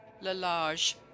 Lalage